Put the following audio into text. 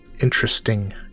Interesting